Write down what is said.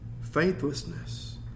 faithlessness